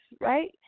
right